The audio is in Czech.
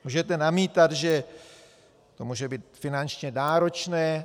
Můžete namítat, že to může být finančně náročné.